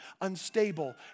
unstable